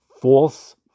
False